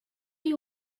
you